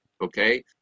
okay